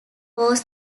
was